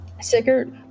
Sickert